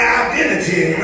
identity